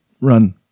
run